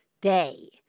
day